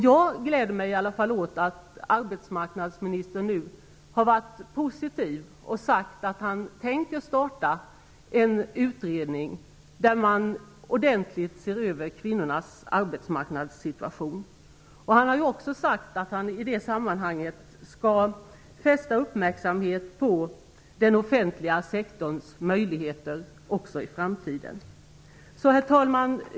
Jag gläder mig åt att arbetsmarknadsministern har varit positiv och sagt att han tänker starta en utredning där man ordentligt ser över kvinnornas arbetsmarknadssituation. Han har också sagt att han i det sammanhanget skall fästa uppmärksamhet på den offentliga sektorns möjligheter i framtiden. Herr talman!